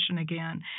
again